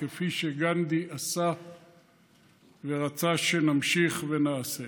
כפי שגנדי עשה ורצה שנמשיך ונעשה.